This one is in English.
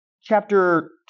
chapter